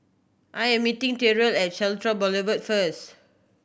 I am meeting Terrill at Central Boulevard first